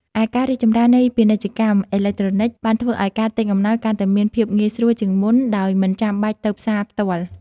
ឯការរីកចម្រើននៃពាណិជ្ជកម្មអេឡិចត្រូនិច បានធ្វើឱ្យការទិញអំណោយកាន់តែមានភាពងាយស្រួលជាងមុន ដោយមិនចាំបាច់ទៅផ្សារផ្ទាល់។